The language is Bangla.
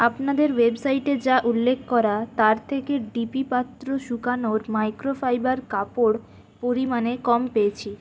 আপনাদের ওয়েবসাইটে যা উল্লেখ করা তার থেকে ডি পি পাত্র শুকানোর মাইক্রোফাইবার কাপড় পরিমানে কম পেয়েছি